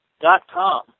dot-com